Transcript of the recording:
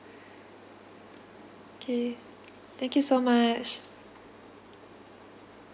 K thank you so much